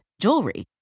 jewelry